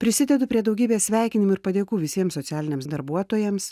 prisidedu prie daugybės sveikinimų ir padėkų visiems socialiniams darbuotojams